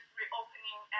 reopening